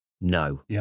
no